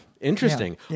Interesting